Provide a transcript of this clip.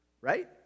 Right